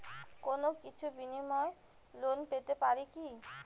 কোনো কিছুর বিনিময়ে লোন পেতে পারি কি?